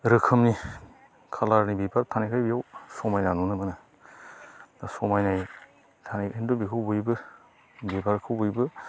रोखोमनि कालारनि बिबार थानायखाय बियाव समायना नुनो मोनो समायनाय थानायखाय खिन्थु बेखौ बयबो बिबारखौ बयबो